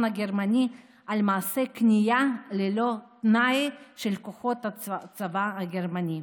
הגרמני על מעשה כניעה ללא תנאי של כוחות הצבא הגרמני.